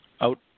Out